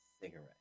cigarette